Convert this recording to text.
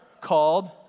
called